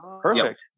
Perfect